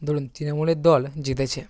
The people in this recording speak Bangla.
ধরুন তৃণমূলের দল জিতেছে